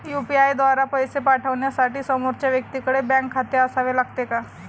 UPI द्वारा पैसे पाठवण्यासाठी समोरच्या व्यक्तीकडे बँक खाते असावे लागते का?